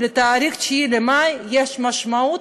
ל-9 במאי יש משמעות,